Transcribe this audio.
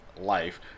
life